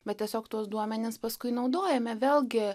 bet tiesiog tuos duomenis paskui naudojame vėlgi